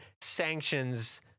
sanctions